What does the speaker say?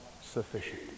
sufficient